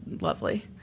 lovely